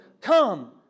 come